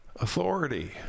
Authority